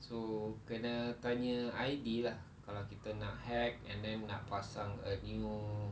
so kena tanya I_D lah kalau kita nak hack and then nak pasang a new